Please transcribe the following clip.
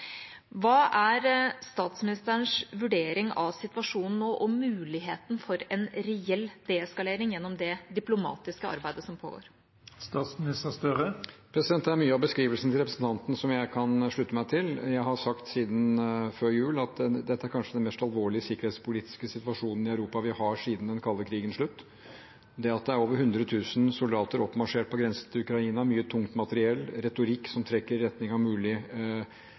Hva er statsministerens vurdering av situasjonen nå og muligheten for en reell deeskalering gjennom det diplomatiske arbeidet som pågår? Det er mye av beskrivelsen til representanten som jeg kan slutte meg til. Jeg har sagt siden før jul at dette kanskje er den mest alvorlige sikkerhetspolitiske situasjonen vi har hatt i Europa siden den kalde krigens slutt. Det at det er over 100 000 soldater oppmarsjert på grensen til Ukraina, mye tungt materiell, retorikk som trekker i retning av mulig